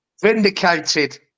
Vindicated